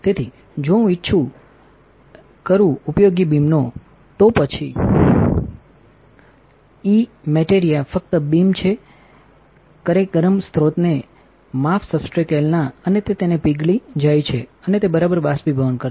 તેથી જો હું ઇ બીમનો ઉપયોગ કરું છું તો પછી ઇ બીમ ફક્ત મેટેરિયા એલના સબસ્ટ્રેટ માફ સ્રોતને ગરમ કરે છેઅને તે તેને પીગળી જાય છે અને તે બરાબર બાષ્પીભવન કરશે